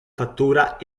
fattura